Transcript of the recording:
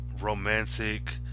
romantic